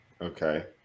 okay